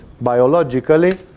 biologically